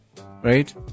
right